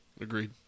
Agreed